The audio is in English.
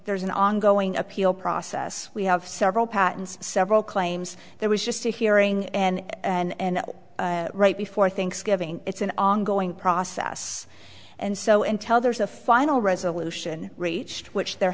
there's an ongoing appeal process we have several patents several claims there was just a hearing and right before thanksgiving it's an ongoing process and so intel there's a final resolution reached which there